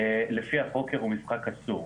לפיה פוקר הוא משחק אסור.